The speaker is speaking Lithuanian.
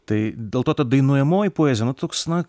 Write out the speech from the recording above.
tai dėl to ta dainuojamoji poezija toks na